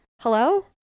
hello